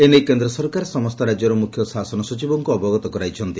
ଏ ନେଇ କେସ୍ର ସରକାର ସମସ୍ତ ରାଜ୍ୟର ମୁଖ୍ୟ ଶାସନ ସଚିବଙ୍କୁ ଅବଗତ କରାଇଥିଲେ